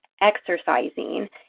exercising